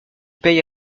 paie